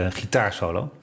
gitaarsolo